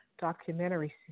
documentary